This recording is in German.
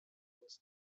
uns